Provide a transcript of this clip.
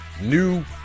new